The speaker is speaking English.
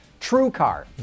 TrueCar